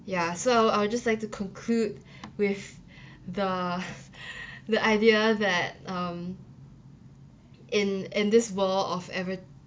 ya so I would I would just like to conclude with the the idea that um in in this world of ever